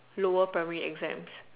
lower primary exams